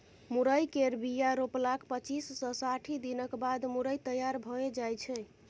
मुरय केर बीया रोपलाक पच्चीस सँ साठि दिनक बाद मुरय तैयार भए जाइ छै